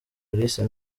alice